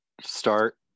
start